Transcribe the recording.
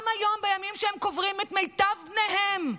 גם היום, בימים שהם קוברים את מיטב בניהם,